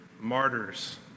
martyrs